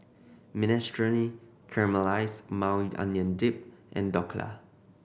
Minestrone Caramelized Maui Onion Dip and Dhokla